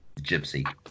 Gypsy